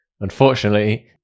Unfortunately